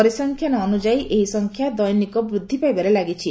ପରିସଂଖ୍ୟନ ଅନୁଯାୟୀ ଏହି ସଂଖ୍ୟା ଦୈନିକ ବୃଦ୍ଧି ପାଇବାରେ ଲାଗିଛି